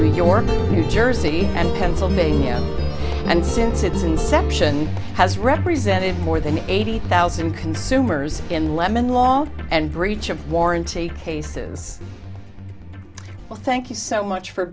new york new jersey and pennsylvania and since its inception has represented more than eighty thousand consumers in lemon law and breach of warranty cases well thank you so much for